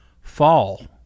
fall